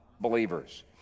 believers